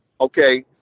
okay